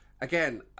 again